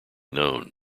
known